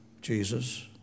Jesus